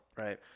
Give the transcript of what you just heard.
right